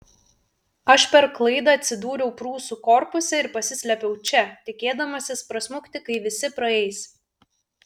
aš per klaidą atsidūriau prūsų korpuse ir pasislėpiau čia tikėdamasis prasmukti kai visi praeis